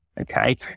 okay